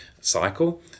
cycle